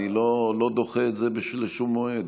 אני לא דוחה את זה לשום מועד.